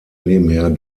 nebenher